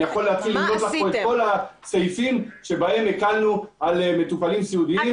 אני יכול למנות לך כאן את כל הסעיפים בהם הקלנו על מטופלים סיעודיים.